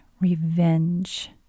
revenge